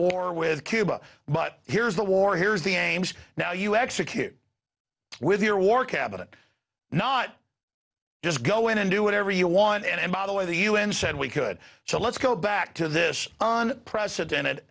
war with cuba but here's the war here's the games now you execute with your war cabinet not just go in and do whatever you want and by the way the u n said we could so let's go back to this on president it